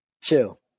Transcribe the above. Chill